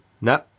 no